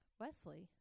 Wesley